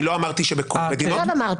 אני לא אמרתי שבכל המדינות.